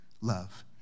love